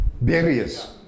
barriers